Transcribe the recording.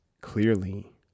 clearly